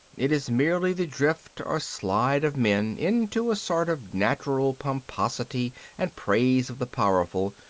it is merely the drift or slide of men into a sort of natural pomposity and praise of the powerful,